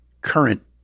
current